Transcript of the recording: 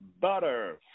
Butter